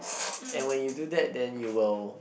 and when you do that you were